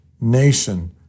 nation